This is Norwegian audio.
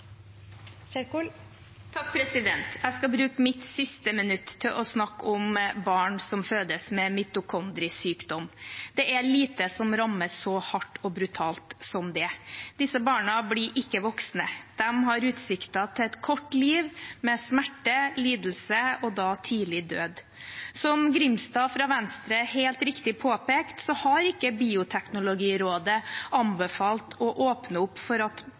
Jeg skal bruke mitt siste minutt til å snakke om barn som fødes med mitokondriesykdom. Det er lite som rammer så hardt og brutalt som det. Disse barna blir ikke voksne. De har utsikter til et kort liv, med smerte, lidelse og tidlig død. Som Grimstad fra Venstre helt riktig påpekte, har ikke Bioteknologirådet anbefalt å åpne opp for at